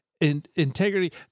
integrity